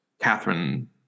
Catherine